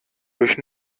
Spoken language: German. durch